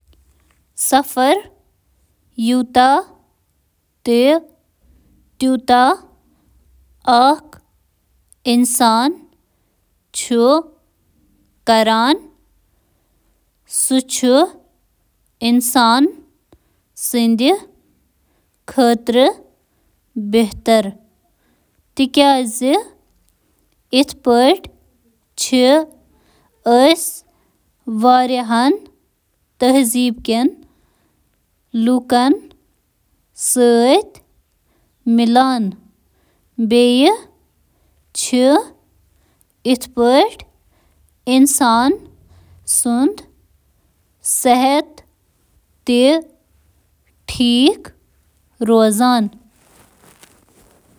عام طور پٲنٹھ، یہٕ حقیقت زِ لوک چِھ ماضی کس مقابلس منٛز وۄنۍ زیادٕ سفر کران اکھ مثبت پیش رفت سمجھنہٕ یوان تکیازِ یہٕ چُھ ثقافتی تبادلس منٛز اضافہٕ، ذٲتی ترقی، وسیع تناظر، تہٕ سیاحت کین صنعتن معاشی فوائدن ہنٛز اجازت دیوان۔